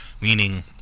Meaning